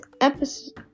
episode